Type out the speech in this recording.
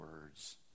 words